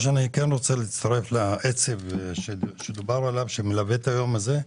להצטרף לעצב שדובר עליו ומלווה את היום הזה.